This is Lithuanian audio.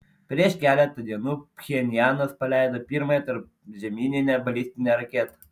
prieš keletą dienų pchenjanas paleido pirmąją tarpžemyninę balistinę raketą